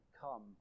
come